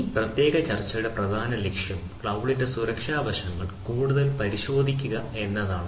ഈ പ്രത്യേക ചർച്ചയുടെ പ്രധാന ലക്ഷ്യം ക്ലൌഡിന്റെ സുരക്ഷാ വശങ്ങൾ കൂടുതൽ പരിശോധിക്കുക എന്നതാണ്